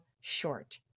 short